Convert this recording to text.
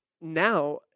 now